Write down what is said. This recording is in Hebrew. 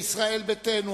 ישראל ביתנו,